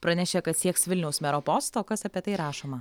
pranešė kad sieks vilniaus mero posto kas apie tai rašoma